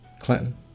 Clinton